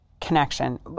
connection